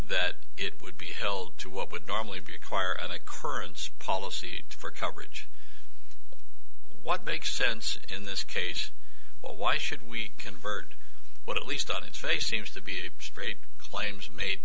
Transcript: that it would be held to what would normally be require an occurrence policy for coverage what makes sense in this case why should we convert what at least on its face seems to be a straight claims made